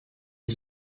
est